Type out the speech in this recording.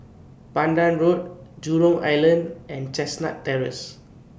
Pandan Road Jurong Island and Chestnut Terrace